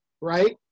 Right